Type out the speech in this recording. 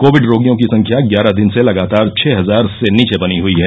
Covid रोगियों की संख्या ग्यारह दिन से लगातार छह हजार से नीचे बनी हई है